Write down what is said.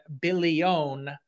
billion